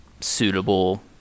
suitable